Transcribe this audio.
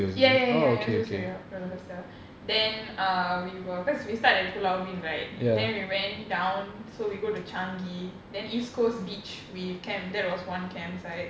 ya ya ya universal studio rollercoaster then uh we were cause we start at pulau ubin right then we went down so we go to changi then east coast beach we camp that was one campsite